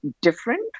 different